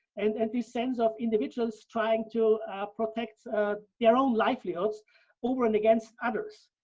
and that this ends up, individuals trying to protect their own livelihoods over and against others.